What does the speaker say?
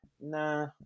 nah